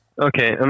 Okay